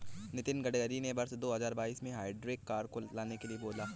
नितिन गडकरी ने वर्ष दो हजार बाईस में हाइब्रिड कार को लाने के लिए बोला